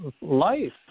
life